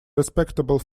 respectable